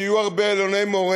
שיהיו הרבה אלוני-מורה,